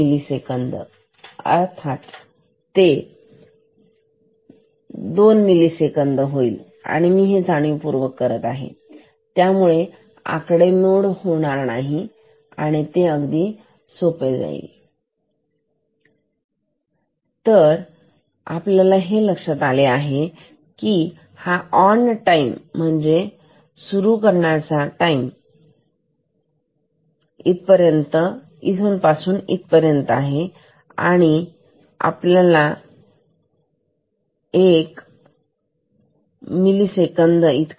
5 kilohertz अर्थ आणि ते होईल दोन मिली सेकंद ठीक ही मी जाणीवपूर्वक करत आहे त्यामुळे आकडेमोड करणे सोपे होणार आहे हे आहे दोन मिली सेकंड आणि हे अर्थ झाले आहे तर हा ऑन टाइम म्हणजे सुरू राहण्याचा वेळ होणार आहे इथपासून तिथपर्यंत आणि तो असायला हवा एक मिलि सेकंद